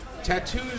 Tattoos